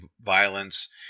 violence